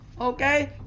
Okay